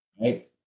right